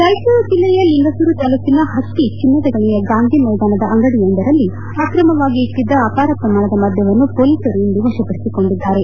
ರಾಯಚೂರು ಜಿಲ್ಲೆಯ ಲಿಂಗಸುಗೂರು ತಾಲ್ಲೂಕಿನ ಹಟ್ಷ ಚನ್ನದ ಗಣಿಯ ಗಾಂಧಿ ಮೈದಾನದ ಅಂಗಡಿಯೊಂದರಲ್ಲಿ ಅಕ್ರಮವಾಗಿ ಇಟ್ಟಿದ್ದ ಅಪಾರ ಪ್ರಮಾಣದ ಮದ್ದವನ್ನು ಮೊಲೀಸರು ಇಂದು ವಶಪಡಿಸಿಕೊಂಡಿದ್ದಾರೆ